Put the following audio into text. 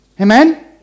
Amen